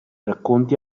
racconti